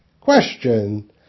Question